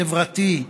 חברתי,